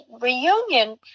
reunion